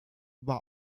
war